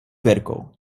verko